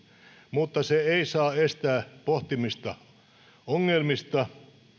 mutta se ei saa estää pohtimasta ongelmia